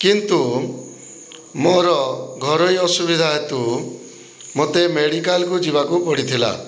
କିନ୍ତୁ ମୋର ଘରୋଇ ଅସୁବିଧା ହେତୁ ମୋତେ ମେଡ଼ିକାଲକୁ ଯିବାକୁ ପଡ଼ିଥିଲା